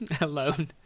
Alone